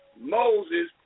Moses